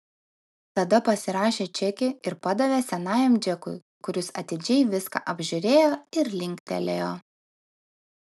tada pasirašė čekį ir padavė senajam džekui kuris atidžiai viską apžiūrėjo ir linktelėjo